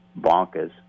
bonkers